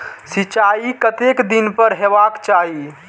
सिंचाई कतेक दिन पर हेबाक चाही?